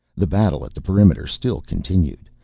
the battle at the perimeter still continued,